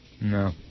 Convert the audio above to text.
No